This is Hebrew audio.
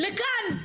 לכאן.